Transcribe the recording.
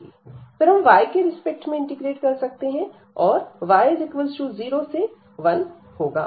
फिर हम y के रिस्पेक्ट में इंटीग्रेट कर सकते हैं और y0 सेy1 होगा